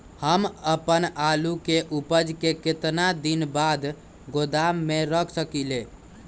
हम अपन आलू के ऊपज के केतना दिन बाद गोदाम में रख सकींले?